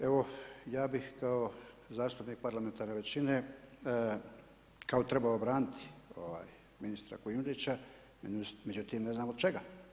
Evo, ja bih kao zastupnik parlamentarne većine, kao trebao braniti ministra Kujundžića međutim ne znam od čega.